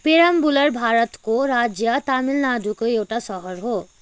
पेराम्बलुर भारतको राज्य तमिलनाडूको एउटा सहर हो